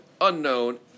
unknown